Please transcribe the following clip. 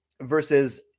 versus